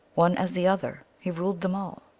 one as the other, he ruled them all.